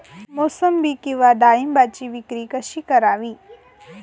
मोसंबी किंवा डाळिंबाची विक्री कशी करावी?